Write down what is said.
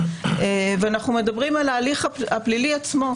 ואנחנו מדברים על ההליך הפלילי עצמו.